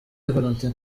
valentin